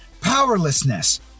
powerlessness